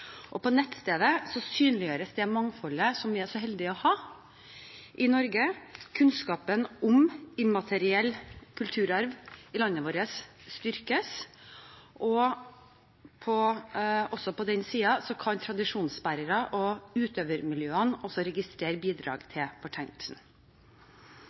UNESCO-konvensjonen. På nettstedet synliggjøres det mangfoldet som vi er så heldige å ha i Norge, kunnskapen om immateriell kulturarv i landet vårt styrkes. På denne siden kan også tradisjonsbærere og utøvermiljøene registrere bidrag